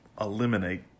eliminate